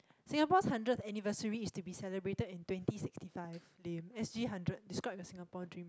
Singapore's hundredth anniversary is to be celebrated in twenty sixty five lame S_G hundred describe your Singapore dream